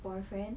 boyfriend